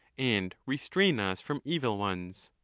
and restrain us from evil ones.